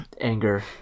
anger